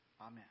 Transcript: Amen